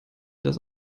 das